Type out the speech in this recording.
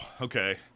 Okay